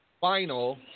final